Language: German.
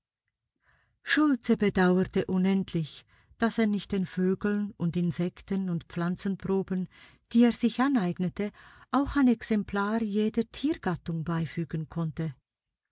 schultze bedauerte unendlich daß er nicht den vögeln und insekten und pflanzenproben die er sich aneignete auch ein exemplar jeder tiergattung beifügen konnte